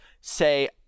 say